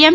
એમ